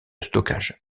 stockage